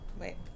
Wait